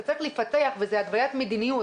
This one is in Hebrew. אתה צריך לפתח וזו התוויית מדיניות,